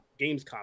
Gamescom